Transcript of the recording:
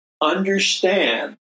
understand